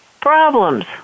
problems